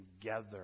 together